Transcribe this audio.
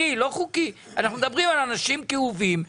אנחנו מדברים על אנשים כאובים,